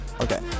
Okay